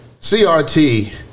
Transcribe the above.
CRT